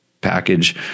package